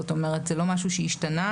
זאת אומרת זה לא משהו שהשתנה.